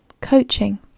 coaching